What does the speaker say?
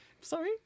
Sorry